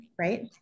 right